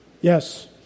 Yes